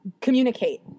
communicate